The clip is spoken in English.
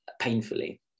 painfully